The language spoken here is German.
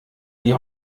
die